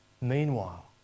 Meanwhile